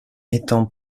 étant